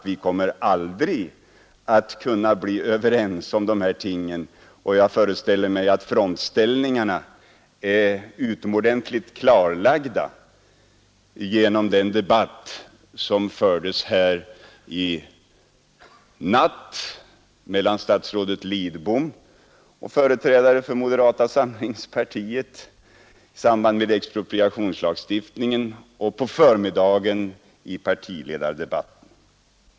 Vi kommer aldrig att kunna bli överens om de här tingen, och jag föreställer mig att frontställningarna är utomordentligt väl klarlagda gertom den debatt om expropriationslagstiftningen som fördes här i natt mellan statsrådet Lidbom och företrädare för moderata samlingspartiet och genom partiledardebatten på förmiddagen.